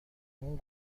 اون